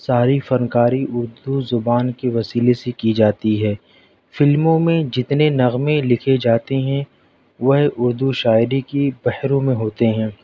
ساری فنکاری اردو زبان کے وسیلے سے کی جاتی ہے فلموں میں جتنے نغمے لکھے جاتے ہیں وہ ہے اردو شاعری کی بحروں میں ہوتے ہیں